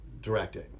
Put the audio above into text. directing